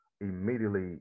immediately